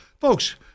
Folks